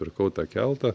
pirkau tą keltą